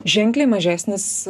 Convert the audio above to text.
ženkliai mažesnis